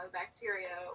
bacteria